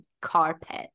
carpet